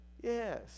Yes